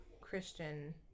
Christian